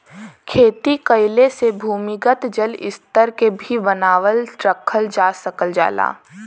खेती कइले से भूमिगत जल स्तर के भी बनावल रखल जा सकल जाला